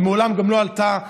ומעולם גם לא עלתה,